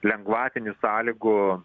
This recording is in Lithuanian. lengvatinių sąlygų